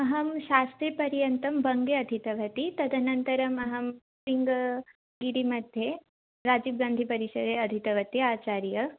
अहं शास्त्रीपर्यन्तं बङ्गे अधीतवती तदनन्तरमहं शृङ्गागिरिमध्ये राजीवगान्धिपरिसरे अधीतवती आचार्य